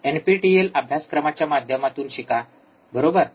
NPTEL अभ्यासक्रमाच्या माध्यमातून शिका बरोबर